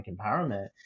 empowerment